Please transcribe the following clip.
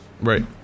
Right